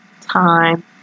time